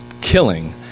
killing